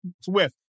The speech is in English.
Swift